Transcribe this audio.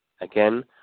Again